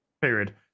Period